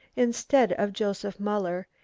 instead of joseph muller,